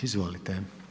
Izvolite.